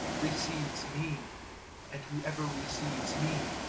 receives me and whoever receives me,